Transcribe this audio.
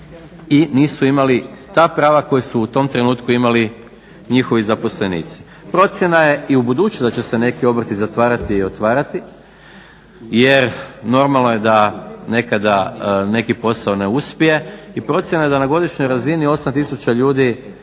i nisu imali ta prava koja su u tom trenutku imali njihovi zaposlenici. Procjena je i ubuduće da će se neki obrti zatvarati i otvarati jer normalno je da nekada neki posao ne uspije i procjena je da na godišnjoj razini 8000 ljudi